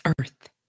earth